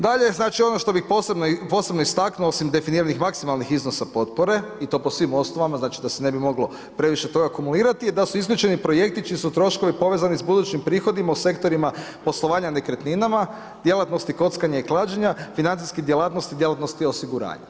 Dalje znači ono što bih posebno istaknuo osim definiranih maksimalnih iznosa potpore i to po svim osnovama, znači da se ne bi moglo previše toga kumulirati, je da su isključeni projekti čiji su troškovi povezani sa budućim prihodima u sektorima poslovanja nekretninama, djelatnostima kockanja i klađenja, financijskih djelatnosti, djelatnosti osiguranja.